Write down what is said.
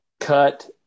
cut